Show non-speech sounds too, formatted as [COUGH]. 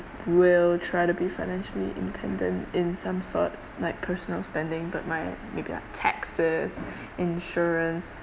will try to be financially independent in some sort like personal spending but my maybe like taxes [BREATH] insurance